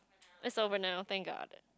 it's over now thank god